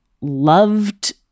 loved